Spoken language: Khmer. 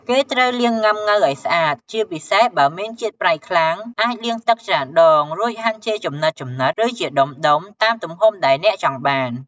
គេត្រូវលាងងុាំង៉ូវឲ្យស្អាត ជាពិសេសបើមានជាតិប្រៃខ្លាំង អាចលាងទឹកច្រើនដង រួចហាន់ជាចំណិតៗ ឬជាដុំៗ តាមទំហំដែលអ្នកចង់បាន។